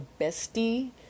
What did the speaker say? bestie